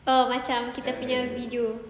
oh macam kita punya video